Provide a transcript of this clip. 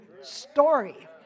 story